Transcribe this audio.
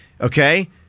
okay